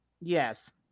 Yes